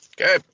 Okay